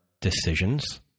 decisions